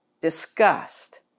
disgust